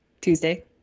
Tuesday